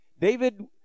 David